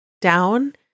down